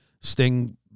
Sting